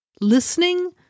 listening